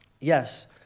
Yes